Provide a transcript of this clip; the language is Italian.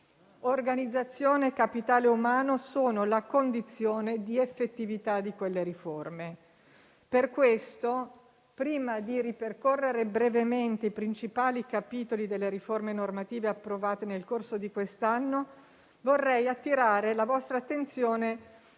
Organizzazione e capitale umano sono la condizione di effettività di quelle riforme. Per questo, prima di ripercorrere brevemente i principali capitoli delle riforme normative approvate nel corso di quest'anno, vorrei attirare la vostra attenzione